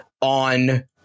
on